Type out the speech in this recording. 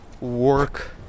work